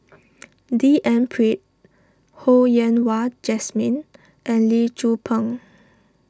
D N Pritt Ho Yen Wah Jesmine and Lee Tzu Pheng